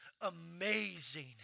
amazing